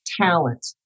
talent